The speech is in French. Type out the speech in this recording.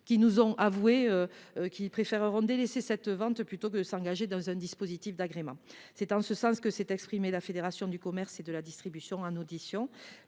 ci nous ont avoué qu’ils préféreraient délaisser cette vente, plutôt que de s’engager dans un dispositif d’agrément. C’est en ce sens que s’est exprimée la Fédération du commerce et de la distribution (FCD) lors